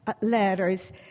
letters